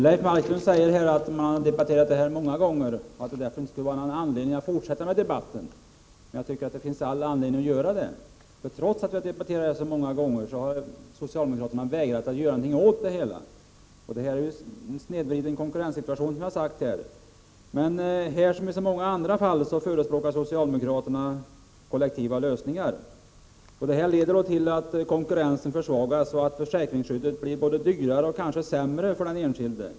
Herr talman! Leif Marklund säger att man har debatterat denna fråga många gånger och att det därför inte skulle finnas någon anledning att fortsätta med debatten. Men jag tycker att det finns all anledning att göra det. Trots att vi debatterat detta så många gånger har socialdemokraterna vägrat att göra något åt saken. Det handlar om en snedvriden konkurrenssituation, som jag har sagt tidigare. Här som i så många andra fall förespråkar socialdemokraterna kollektiva lösningar. Det leder till att konkurrensen försvagas och att försäkringsskyddet blir både dyrare och kanske sämre för den enskilde.